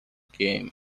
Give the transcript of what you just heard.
game